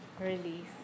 release